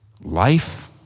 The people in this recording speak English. life